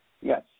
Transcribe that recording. Yes